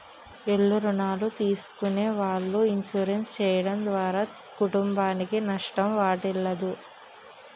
ఇల్ల రుణాలు తీసుకునే వాళ్ళు ఇన్సూరెన్స్ చేయడం ద్వారా కుటుంబానికి నష్టం వాటిల్లదు